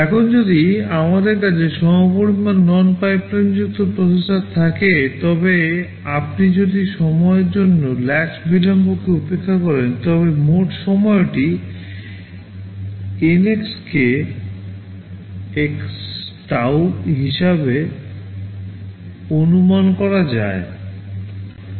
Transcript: এখন যদি আমাদের কাছে সমপরিমাণ নন পাইপলাইনযুক্ত প্রসেসর থাকে তবে আপনি যদি সময়ের জন্য ল্যাচ বিলম্বকে উপেক্ষা করেন তবে মোট সময়টি N x k x tau হিসাবে অনুমান করা যায়